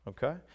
Okay